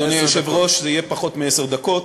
אדוני היושב-ראש, זה יהיה פחות מעשר דקות.